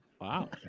wow